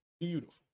beautiful